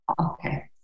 Okay